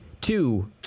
two